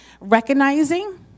recognizing